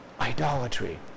Idolatry